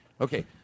Okay